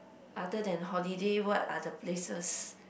other than holiday what are the places